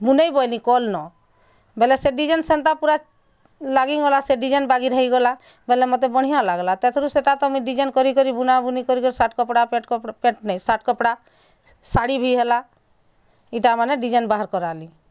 ବଇଲି କଲ୍ନ ବୋଇଲେ ସେ ଡିଜାଇନ୍ ସେନ୍ତା ପୁରା ଲାଗିଗଲା ସେ ଡିଜାଇନ୍ ବାଗିର୍ ହେଇଗଲା ବୋଇଲେ ମତେ ବଢ଼ିଆ ଲାଗ୍ଲା ତା' ଥିରୁ ସେଟା ତ ମୁଁ ଡିଜାଇନ୍ କରି କରି ବୁନା ବୁନି କରି କରି ଶାର୍ଟ୍ କପଡ଼ା ପ୍ୟାଣ୍ଟ୍ କପଡ଼ା ପ୍ୟାଣ୍ଟ୍ ନାଇଁ ଶାର୍ଟ୍ କପଡ଼ା ଶାଢ଼ୀ ଭି ହେଲା ଇତାମାନେ ଡିଜାଇନ୍ ବାହାର୍ କରାଲିଁ